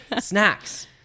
Snacks